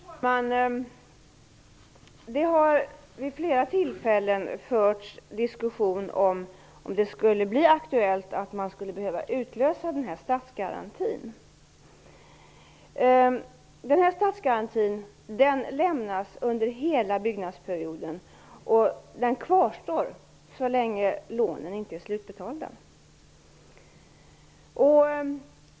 Herr talman! Det har vid flera tillfällen förts diskussioner om det skulle kunna bli aktuellt att behöva utlösa statsgarantin. Den här statsgarantin lämnas under hela byggnadsperioden, och den kvarstår så länge lånen inte är slutbetalda.